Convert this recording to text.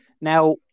Now